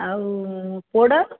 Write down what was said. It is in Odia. ଆଉ ପୋଡ଼